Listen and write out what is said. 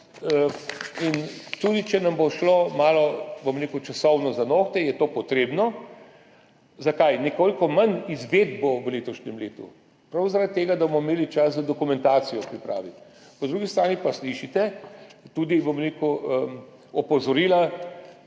Tudi če nam bo šlo malo časovno za nohte, je to potrebno. Zakaj? Nekoliko manj izvedb bo v letošnjem letu prav zaradi tega, da bomo imeli čas dokumentacijo pripraviti. Po drugi strani pa slišite tudi opozorila,